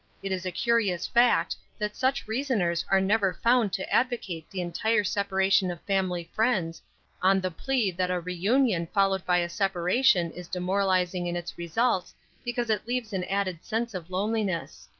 it is a curious fact, that such reasoners are never found to advocate the entire separation of family friends on the plea that a reunion followed by a separation is demoralizing in its results because it leaves an added sense of loneliness.